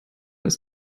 ist